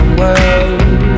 world